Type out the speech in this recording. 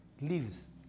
leaves